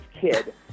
kid